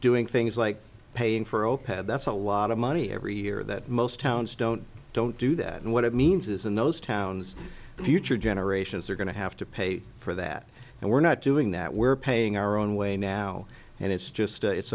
doing things like paying for zero pad that's a lot of money every year that most towns don't don't do that and what it means is in those towns the future generations are going to have to pay for that and we're not doing that we're paying our own way now and it's just a it's